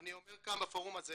ואני אומר כאן בפורום הזה